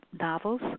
novels